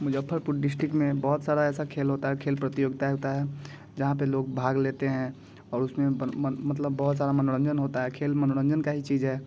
Muzaffarpur district में बहुत सारा ऐसा खेल होता है खेल प्रतियोगिताएँ होता है जहाँ पे लोग भाग लेते हैं और उसमें मतलब बहुत सारा मनोरंजन होता है खेल में खेल मनोरंजन का ही चीज है